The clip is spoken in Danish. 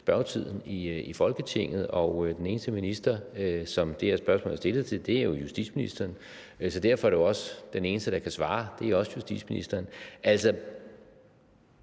spørgetiden i Folketinget. Og den eneste minister, det her spørgsmål er stillet til, er justitsministeren, så derfor er den eneste, der kan svare, justitsministeren.